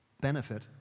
Benefit